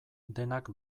denak